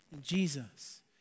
Jesus